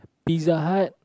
Pizza Hut